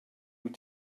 wyt